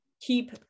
keep